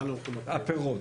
הפירות.